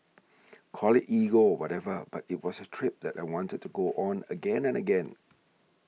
call it ego or whatever but it was a trip that I wanted to go on again and again